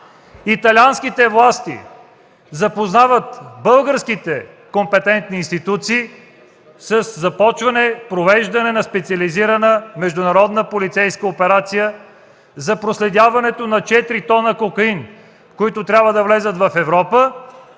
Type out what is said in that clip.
италианските власти запознават българските компетентни институции със започване и провеждане на специализирана международна полицейска операция за проследяването на 4 т кокаин, които трябва да влязат в Европа.